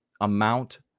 amount